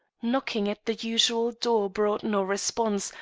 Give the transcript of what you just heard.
knocking at the usual door brought no response,